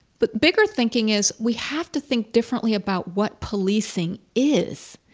but bigger thinking is we have to think differently about what policing is.